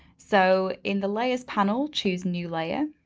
so in the layers panel, chose new layer,